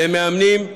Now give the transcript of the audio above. למאמנים,